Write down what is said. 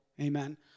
amen